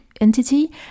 entity